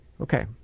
Okay